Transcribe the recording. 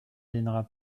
dînera